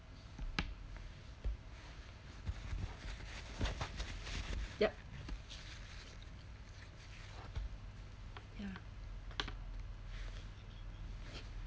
yup ya